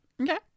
Okay